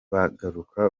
bagaruka